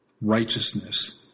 Righteousness